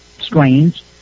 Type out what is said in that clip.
strange